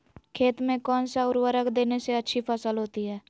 खेत में कौन सा उर्वरक देने से अच्छी फसल होती है?